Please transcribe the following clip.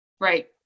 Right